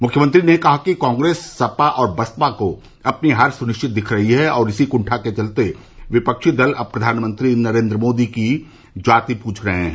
मुख्यमंत्री ने कहा कि कांग्रेस सपा और बसपा को अपनी हार सुनिश्चित दिख रही है और इसी कुंग के चलते विपक्षी दल अब प्रधानमंत्री नरेन्द्र मोदी की जाति पूछ रहे हैं